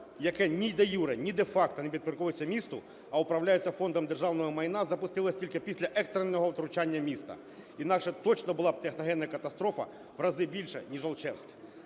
яке ні де-юре, ні де-факто не підпорядковується місту, а управляється Фондом державного майна, запустилось тільки після екстреного втручання міста, інакше б точно була б техногенна катастрофа, в рази більша, ніж Алчевськ.